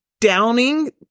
downing